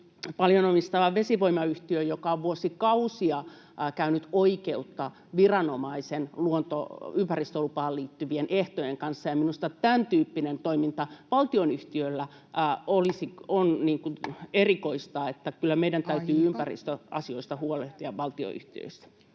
paljon omistama vesivoimayhtiö, joka on vuosikausia käynyt oikeutta viranomaisen ympäristölupaan liittyvien ehtojen kanssa. Minusta tämäntyyppinen toiminta valtionyhtiöllä on erikoista, eli kyllä meidän täytyy [Puhemies: Aika!] ympäristöasioista huolehtia valtionyhtiöissä.